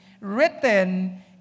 written